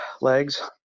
legs